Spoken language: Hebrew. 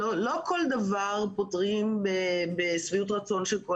לא כל דבר פותרים בשביעות רצון של כל